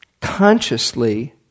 consciously